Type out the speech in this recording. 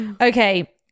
Okay